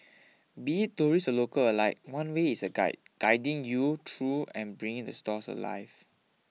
be it tourists or local alike one way is a guide guiding you through and bringing the stories alive